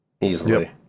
easily